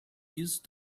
used